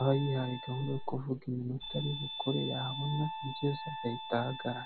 aba yihaye gahunda yo kuvuga iminota aribukore yabona igeze agahita ahagarara.